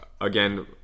Again